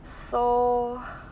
so